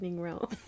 realm